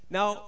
Now